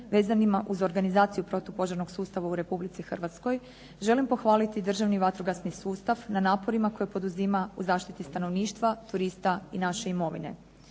vezanima uz organizaciju protupožarnog sustava u RH želim pohvaliti Državni vatrogasni sustav na naporima koje poduzima u zaštiti stanovništva, turista i naše imovine.